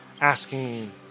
asking